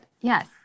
yes